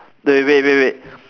the wait wait wait